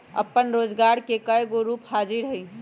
अप्पन रोजगार के कयगो रूप हाजिर हइ